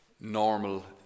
normal